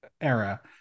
era